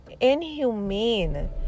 inhumane